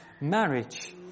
marriage